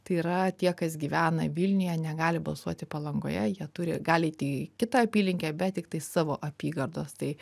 tai yra tie kas gyvena vilniuje negali balsuoti palangoje jie turi gali eiti į kitą apylinkę bet tiktai savo apygardos tai